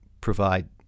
provide